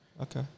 Okay